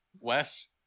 Wes